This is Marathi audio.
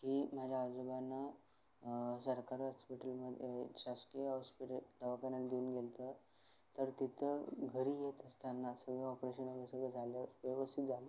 की माझ्या आजोबांना सरकारी हॉस्पिटलमध्ये शासकीय हॉस्पिटल दवाखान्यात घेऊन गेलो होतो तर तिथं घरी येत असताना सगळं ऑपरेशन वगैरे सगळं झालं व्यवस्थित झालं